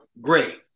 great